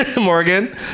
Morgan